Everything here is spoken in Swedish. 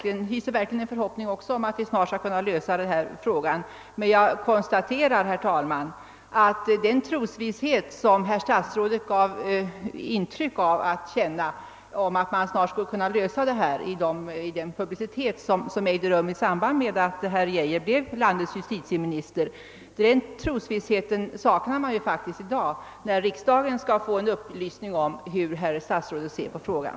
Jag hyser verkligen en förhoppning om att vi utan tidsutdräkt skall kunna lösa denna fråga, men jag konstaterar att den trosvisshet om att den skulle kunna lösas snart, som statsrådet gav intryck av att hysa i samband med den publicitet som förekom när herr Geijer blev landets justitieminister, saknas i dag när riksdagen skall få en upplysning om hur herr statsrådet ser på frågan,